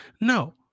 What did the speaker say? No